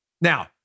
Now